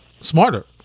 smarter